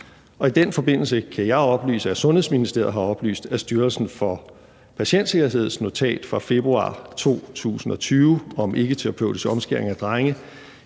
I den forbindelse kan jeg oplyse, at Sundhedsministeriet har oplyst, at Styrelsen for Patientsikkerheds notat fra februar 2020 om ikketerapeutisk omskæring af drenge